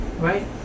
Right